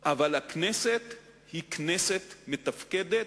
אבל הכנסת היא כנסת מתפקדת,